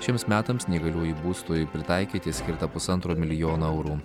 šiems metams neįgaliųjų būstui pritaikyti skirta pusantro milijono eurų